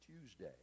Tuesday